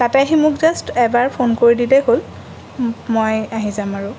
তাতে আহি মোক জাষ্ট এবাৰ ফোন কৰি দিলেই হ'ল মই আহি যাম আৰু